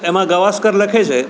એમાં ગાવસ્કર લખે છે